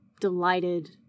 delighted